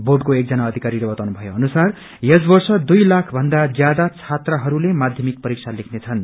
बोर्डको एकजना अविकारीले बताउनु भए अनुसार यस वर्ष दुइ लाख भन्दा ज्यादा छात्रहस्ले माध्यमिक परीक्षा लेख्नेछन्